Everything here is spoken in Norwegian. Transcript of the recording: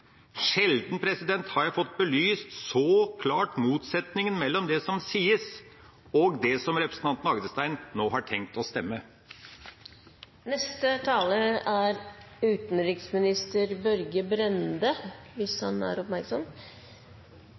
Sjelden har jeg fått belyst så klart motsetningen mellom det som sies, og det som representanten Agdestein nå har tenkt å stemme. Neste taler er utenriksminister Børge Brende – hvis han er oppmerksom.